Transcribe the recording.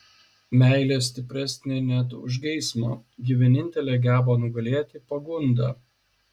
meilė stipresnė net už geismą ji vienintelė geba nugalėti pagundą